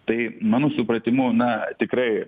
tai mano supratimu na tikrai